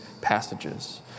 passages